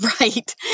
Right